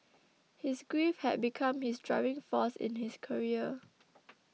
his grief had become his driving force in his career